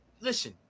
listen